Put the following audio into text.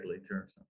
later